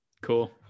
Cool